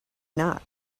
not